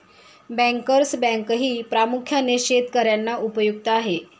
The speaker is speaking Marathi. बँकर्स बँकही प्रामुख्याने शेतकर्यांना उपयुक्त आहे